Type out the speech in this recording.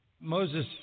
Moses